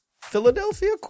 Philadelphia